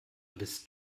bist